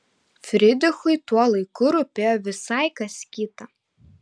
frydrichui tuo laiku rūpėjo visai kas kita